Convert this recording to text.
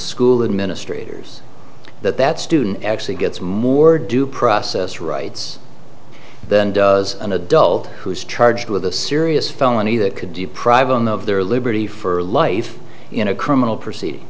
school administrators that that student actually gets more due process rights than does an adult who is charged with a serious felony that could deprive them of their liberty for life in a criminal proceeding